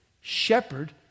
shepherd